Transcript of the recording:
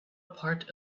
part